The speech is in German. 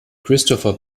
christopher